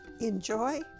Enjoy